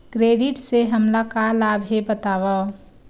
Credit से हमला का लाभ हे बतावव?